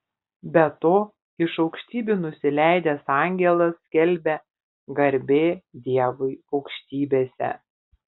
be to iš aukštybių nusileidęs angelas skelbia garbė dievui aukštybėse